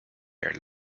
air